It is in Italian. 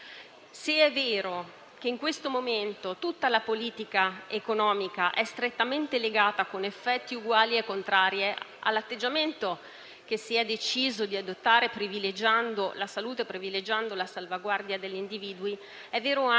sul *deficit*. In questo senso è molto opportuno, dopo un anno di misure, riuscire a fare anche una valutazione di impatto su quelle che hanno funzionato e su quelle più efficaci, adottando anche un'ottica selettiva e cercando di capire